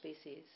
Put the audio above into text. species